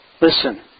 Listen